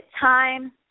time